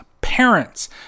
parents